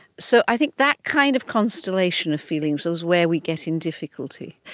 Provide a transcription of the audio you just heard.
so i think that kind of constellation of feelings is where we get in difficulty.